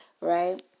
right